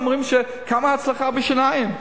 שאמרו כמה הצלחה יש בשיניים.